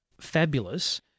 fabulous